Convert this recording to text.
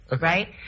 Right